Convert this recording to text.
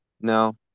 No